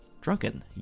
drunken